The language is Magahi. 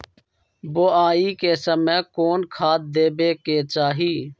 बोआई के समय कौन खाद देवे के चाही?